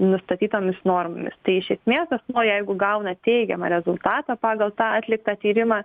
nustatytomis normomis tai iš esmės asmuo jeigu gauna teigiamą rezultatą pagal tą atliktą tyrimą